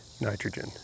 nitrogen